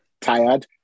tired